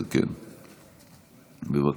בבקשה.